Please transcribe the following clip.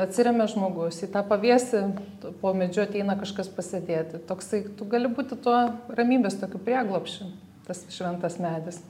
atsiremia žmogus į tą pavėsį po medžiu ateina kažkas pasėdėti toksai tu gali būti tuo ramybės tokiu prieglobsčiu tas šventas medis